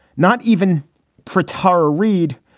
not even for tara reid.